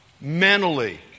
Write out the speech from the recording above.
mentally